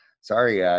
Sorry